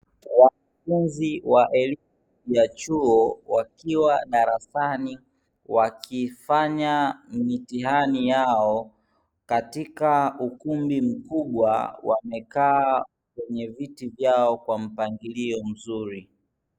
Wanafunzi wa elimu ya chuo wakiwa darasani wakifanya mitihani yao katika ukumbi mkubwa, wamekaa kwenye viti vyao kwa mpangilio mzuri.